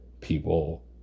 people